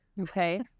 Okay